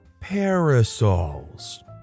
parasols